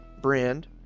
brand